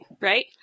right